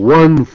one